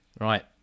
Right